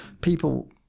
people